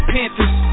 Panthers